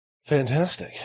Fantastic